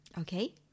Okay